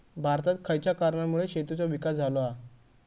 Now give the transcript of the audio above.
भारतात खयच्या कारणांमुळे शेतीचो विकास झालो हा?